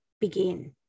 begin